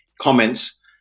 comments